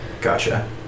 gotcha